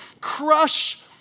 crush